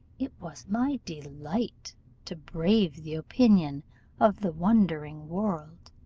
it was my delight to brave the opinion of the wondering world.